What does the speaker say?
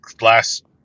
last